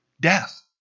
Death